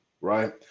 right